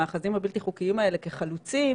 המאחזים הבלתי חוקיים האלה כחלוצים,